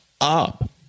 up